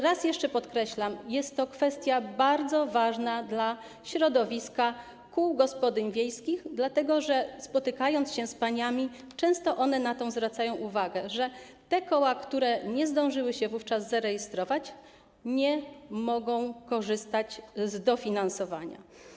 Raz jeszcze podkreślam: jest to kwestia bardzo ważna dla środowiska kół gospodyń wiejskich, dlatego że spotykając się z paniami, często słyszę, że zwracają one na to uwagę, że te koła, które nie zdążyły się wówczas zarejestrować, nie mogą korzystać z dofinansowania.